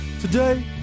today